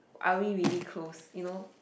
are we really close you know